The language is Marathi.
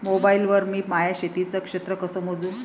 मोबाईल वर मी माया शेतीचं क्षेत्र कस मोजू?